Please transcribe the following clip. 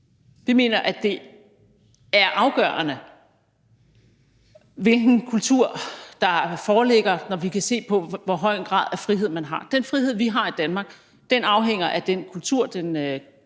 vi mener, at det er afgørende, hvilken kultur der foreligger, når vi kan se på, hvor høj en grad af frihed, man har. Den frihed, vi har i Danmark, afhænger af den protestantisk-kristne